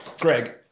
Greg